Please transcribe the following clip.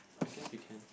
I guess we can